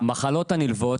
לגבי המחלות הנלוות,